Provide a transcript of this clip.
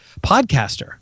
podcaster